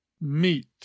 meet